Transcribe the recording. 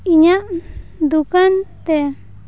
ᱤᱧᱟᱹᱜ ᱫᱩᱠᱟᱱ ᱛᱮ